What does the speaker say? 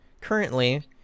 currently